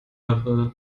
april